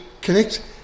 connect